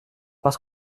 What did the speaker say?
parce